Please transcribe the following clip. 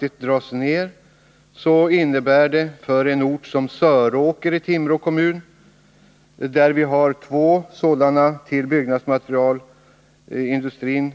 I en ort som Söråker i Timrå kommun, där vi har två till byggnadsmaterialindustrin